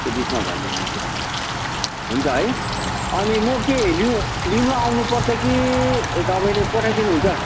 त्यो बिचमा भए भने चाहिँ हुन्छ है अनि म के लिउ लिनु आउनुपर्छ कि तपाईँले पठाइदिनुहुन्छ